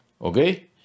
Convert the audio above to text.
okay